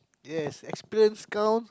yes experience counts